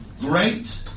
great